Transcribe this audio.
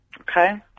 Okay